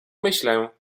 myślę